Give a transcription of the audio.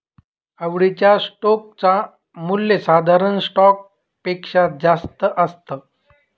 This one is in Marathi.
आवडीच्या स्टोक च मूल्य साधारण स्टॉक पेक्षा जास्त असत